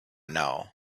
know